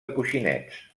coixinets